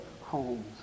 homes